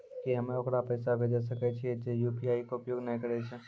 की हम्मय ओकरा पैसा भेजै सकय छियै जे यु.पी.आई के उपयोग नए करे छै?